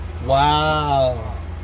Wow